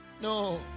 No